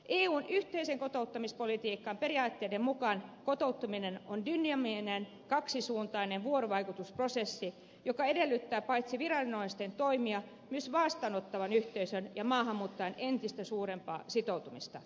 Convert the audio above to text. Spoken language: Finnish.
eun yhteisen kotouttamispolitiikan periaatteiden mukaan kotouttaminen on dynaaminen kaksisuuntainen vuorovaikutusprosessi joka edellyttää paitsi viranomaisten toimia myös vastaanottavan yhteisön ja maahanmuuttajan entistä suurempaa sitoutumista